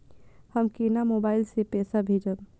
हम केना मोबाइल से पैसा भेजब?